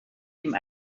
dem